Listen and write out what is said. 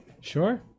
Sure